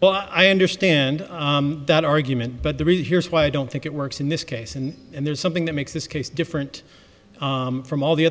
but i understand that argument but the real here's why i don't think it works in this case and and there's something that makes this case different from all the